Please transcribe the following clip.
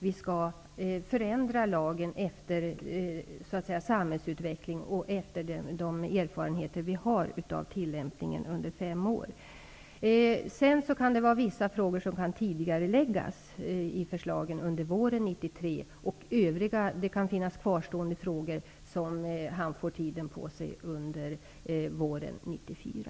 Vi skall förändra lagen efter samhällsutvecklingen och efter de erfarenheter vi har av tillämpningen under fem år. Det kan finnas vissa frågor som tidigareläggs till våren 1993, och det kan finnas kvarstående frågor som utredaren får tid på sig med till våren 1994.